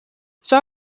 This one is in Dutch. zou